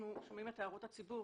אנחנו שומעים את הערות הציבור.